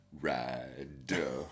rider